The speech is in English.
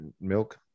milk